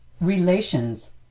Relations